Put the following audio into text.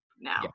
now